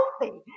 healthy